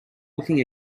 looking